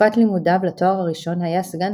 בתקופת לימודיו לתואר הראשון היה סגן